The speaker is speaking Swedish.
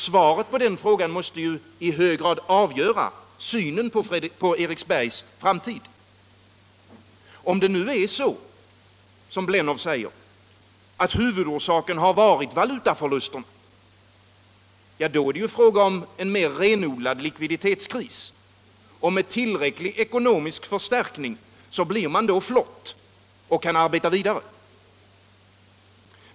Svaret på den frågan måste ju i hög grad avgöra synen på Eriksbergs framtid. Om det är så som Blennow säger att huvudorsaken varit valutaförlusterna — ja, då är det ju fråga om en mer renodlad likviditetskris, och med tillräcklig ekonomisk förstärkning blir man då flott och kan arbeta vidare.